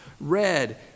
red